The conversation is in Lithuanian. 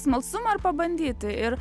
smalsumą ar pabandyti ir